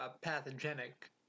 pathogenic